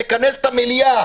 לכנס את המליאה,